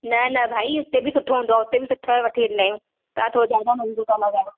न न भाई हुते बि सुठो हूंदो आहे उते बि सुठा वठी ईंदा आहियूं तव्हां थोरो जादा महांगो था ॿुधायो